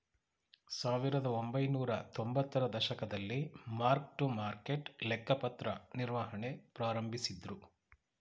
ಸಾವಿರದಒಂಬೈನೂರ ತೊಂಬತ್ತರ ದಶಕದಲ್ಲಿ ಮಾರ್ಕ್ ಟು ಮಾರ್ಕೆಟ್ ಲೆಕ್ಕಪತ್ರ ನಿರ್ವಹಣೆ ಪ್ರಾರಂಭಿಸಿದ್ದ್ರು